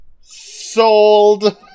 Sold